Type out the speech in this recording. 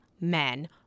men